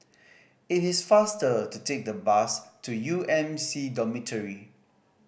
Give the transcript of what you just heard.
it is faster to take the bus to U M C Dormitory